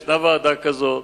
יש ועדה כזאת,